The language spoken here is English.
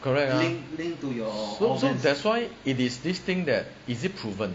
correct ah so so that's why if it's this thing that is it proven